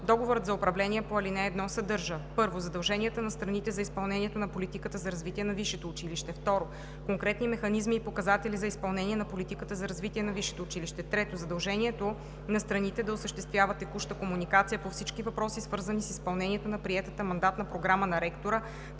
Договорът за управление по ал. 1 съдържа: 1. задълженията на страните за изпълнението на политиката за развитие на висшето училище; 2. конкретни механизми и показатели за изпълнение на политиката за развитие на висшето училище; 3. задължението на страните да осъществяват текуща комуникация по всички въпроси, свързани с изпълнението на приетата мандатна програма на ректора,